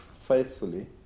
faithfully